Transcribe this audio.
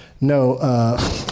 No